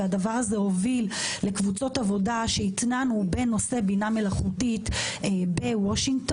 והדבר הזה הוביל לקבוצות עבודה שהתנענו בנושא בינה מלאכותית בוושינגטון.